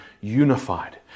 unified